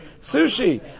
sushi